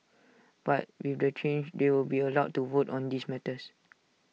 but with the change they will be allowed to vote on these matters